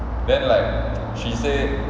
then like she say